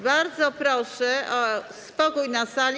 Bardzo proszę o spokój na sali.